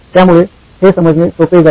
त्यामुळे हे समजणे सोपे जाईल